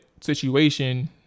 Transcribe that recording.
situation